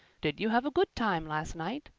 did you have a good time last night?